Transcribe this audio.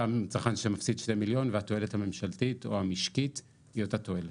אותו צרכן שמפסיד 2 מיליון והתועלת הממשלתית או המשקית היא אותה תועלת.